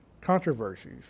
controversies